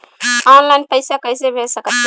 Online पैसा कैसे भेज सकत बानी?